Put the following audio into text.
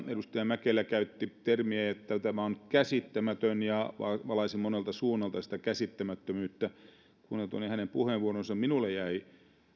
edustaja mäkelä käytti termiä että tämä on käsittämätön ja valaisi monelta suunnalta sitä käsittämättömyyttä kuunneltuani hänen puheenvuoronsa minulle jäi